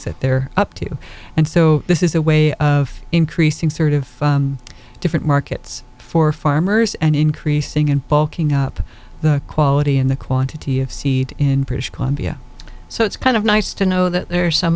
that they're up to and so this is a way of increasing sort of different markets for farmers and increasing and bulking up the quality and the quantity of seed in british columbia so it's kind of nice to know that there are some